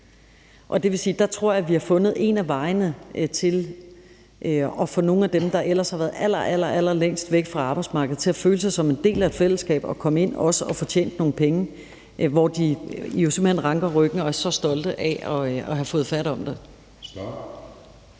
holde til det. Der tror jeg, vi har fundet en af vejene til at få nogle af dem, der ellers har været allerallerlængst væk fra arbejdsmarkedet, til at føle sig som en del af et fællesskabet og også til at komme ind og få tjent nogle penge, hvor de jo simpelt hen ranker ryggen og er så stolte af at have fået fat om det.